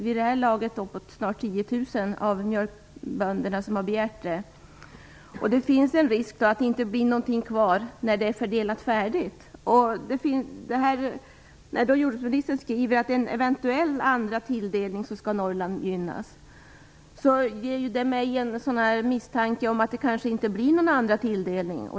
Vid det här laget har nog snart 10 000 mjölkbönder begärt en sådan. Det finns en risk att det inte blir någonting kvar när det är färdigfördelat. Jordbruksministern säger att Norrland skall gynnas vid en eventuell andra tilldelning. Det ger mig en misstanke om att det kanske inte blir någon andra tilldelning.